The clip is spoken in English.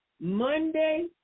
Monday